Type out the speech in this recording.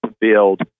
build